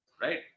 Right